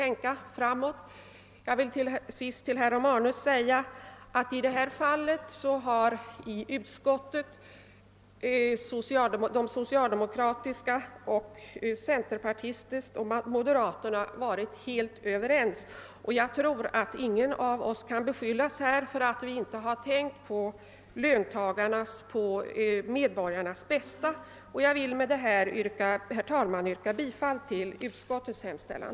Med anledning härav vill jag till sist säga herr Romanus att socialdemokraterna, centerpartisterna och moderaterna varit helt överens i utskottet, och jag tror inte att någon av oss kan beskyllas för att inte ha tänkt på medborgarnas bästa. Herr talman! Med det sagda ber jag få yrka bifall till utskottets hemställan.